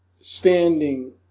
standing